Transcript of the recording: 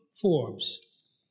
Forbes